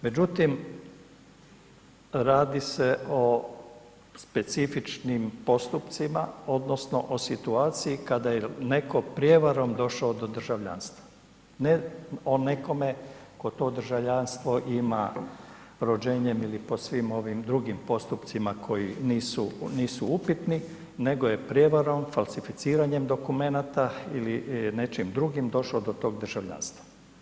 Međutim, radi se o specifičnim postupcima odnosno o situaciji kada je netko prijevarom došao do državljanstva, ne o nekome tko to državljanstvo ima rođenjem ili po svim ovim drugim postupcima koji nisu, nisu upitni nego je prijevarom, falsificiranjem dokumenata ili nečim drugim došo do tog državljanstva.